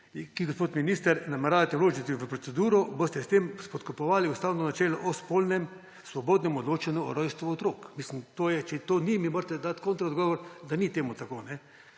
gospod minister, ki jo nameravate vložiti v proceduro, boste s tem spodkopali ustavno načelo o svobodnem odločanju o rojstvu otrok. Če to ni tako, mi morate dati kontra odgovor, da ni temu tako.